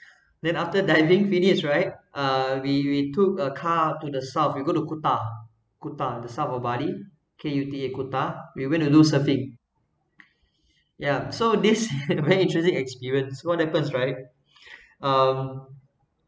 then after diving finished right uh we we took a car to the south we go to kuta kuta the south of bali K U T A kuta we went to do surfing ya so this very interesting experience what happens right um